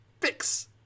fix